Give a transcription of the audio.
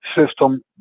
system